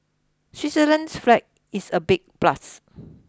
Switzerland's flag is a big plus